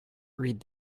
read